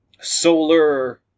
solar